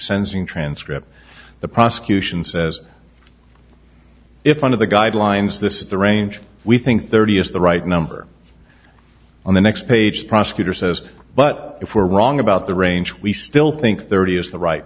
sensing transcript the prosecution says if one of the guidelines this is the range we think thirty is the right number on the next page prosecutor says but if we're wrong about the range we still think thirty is the right